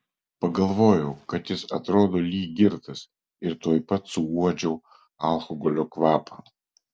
pagalvojau kad jis atrodo lyg girtas ir tuoj pat suuodžiau alkoholio kvapą